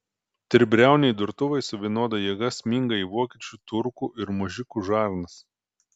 tribriauniai durtuvai su vienoda jėga sminga į vokiečių turkų ir mužikų žarnas